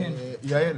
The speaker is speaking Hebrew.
יעל,